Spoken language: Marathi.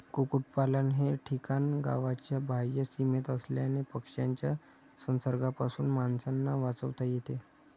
कुक्पाकुटलन हे ठिकाण गावाच्या बाह्य सीमेत असल्याने पक्ष्यांच्या संसर्गापासून माणसांना वाचवता येते